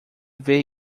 ver